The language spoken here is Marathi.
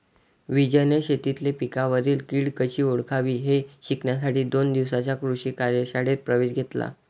विजयने शेतीतील पिकांवरील कीड कशी ओळखावी हे शिकण्यासाठी दोन दिवसांच्या कृषी कार्यशाळेत प्रवेश घेतला